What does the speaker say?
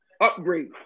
Upgrade